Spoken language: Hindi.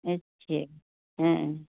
अच्छा हाँ